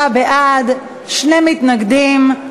49 בעד, שני מתנגדים.